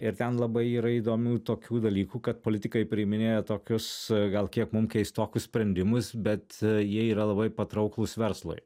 ir ten labai yra įdomių tokių dalykų kad politikai priiminėja tokius gal kiek keistokus sprendimus bet jie yra labai patrauklūs verslui